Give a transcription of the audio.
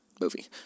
movie